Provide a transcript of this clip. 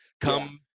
Come